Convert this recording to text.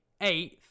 eighth